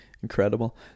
incredible